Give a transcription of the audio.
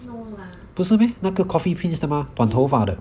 no lah lee min ho